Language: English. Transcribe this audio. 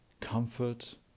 comfort